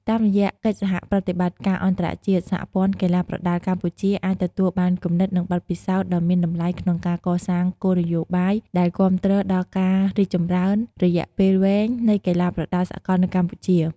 តាមរយៈកិច្ចសហប្រតិបត្តិការអន្តរជាតិ សហព័ន្ធកីឡាប្រដាល់កម្ពុជា អាចទទួលបានគំនិតនិងបទពិសោធន៍ដ៏មានតម្លៃក្នុងការកសាងគោលនយោបាយដែលគាំទ្រដល់ការរីកចម្រើនរយៈពេលវែងនៃកីឡាប្រដាល់សកលនៅកម្ពុជា។